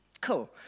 Cool